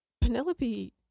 Penelope